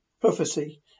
Prophecy